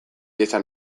esan